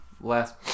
last